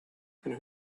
then